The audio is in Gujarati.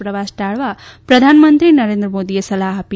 પ્રવાસ ટાળવા પ્રધાનમંત્રી નરેન્ન મોદીએ સલાહ આપી